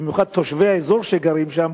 במיוחד תושבי האזור שגרים שם,